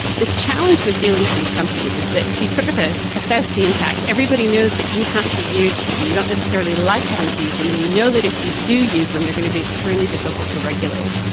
the challenge with dealing with these companies is that it's sort of a faustian pact everybody knows that you have to use them. you don't necessarily like having to use them and you know that if you do use them they're going to be extremely difficult to regulate,